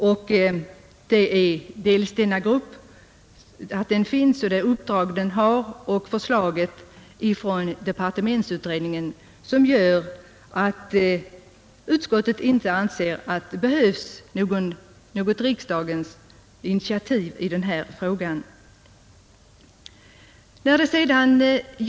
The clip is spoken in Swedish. Med hänsyn till denna grupps uppdrag och förslaget från departementsutredningen anser utskottet att det inte behövs något initiativ från riksdagens sida.